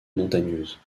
montagneuse